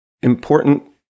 important